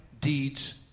deeds